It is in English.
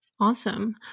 Awesome